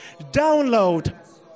download